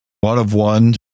one-of-one